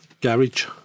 garage